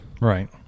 right